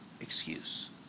excuse